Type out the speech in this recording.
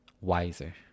Wiser